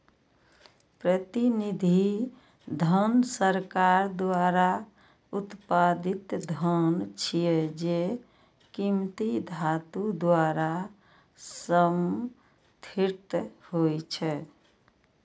प्रतिनिधि धन सरकार द्वारा उत्पादित धन छियै, जे कीमती धातु द्वारा समर्थित होइ छै